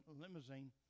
limousine